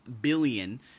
billion